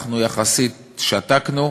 ואנחנו יחסית שתקנו,